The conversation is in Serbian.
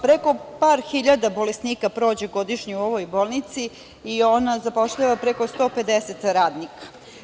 Preko par hiljada bolesnika prođu godišnje u ovoj bolnici i ona zapošljava preko 150 radnika.